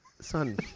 son